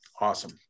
Awesome